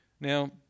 Now